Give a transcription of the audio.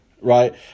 Right